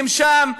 הם שם,